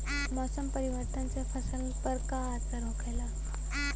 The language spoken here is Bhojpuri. मौसम परिवर्तन से फसल पर का असर होखेला?